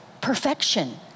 perfection